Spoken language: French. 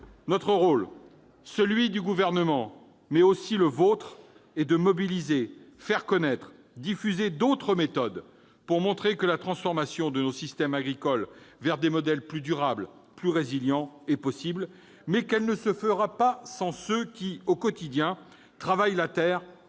Notre rôle, celui du Gouvernement, mais aussi le vôtre, est de mobiliser, de faire connaître, de diffuser d'autres méthodes pour montrer que la transformation de nos systèmes agricoles vers des modèles plus durables et plus résilients est possible, mais qu'elle ne se fera pas sans ceux qui travaillent la terre